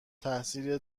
تاثیر